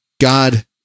God